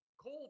Cole